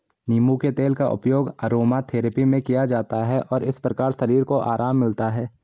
नींबू के तेल का उपयोग अरोमाथेरेपी में किया जाता है और इस प्रकार शरीर को आराम मिलता है